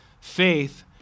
Faith